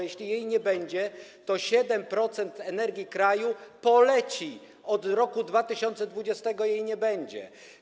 Jeśli jej nie będzie, to 7% energii kraju poleci, od roku 2020 tego nie będzie.